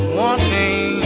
wanting